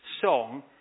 song